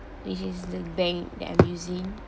which is the bank that I'm using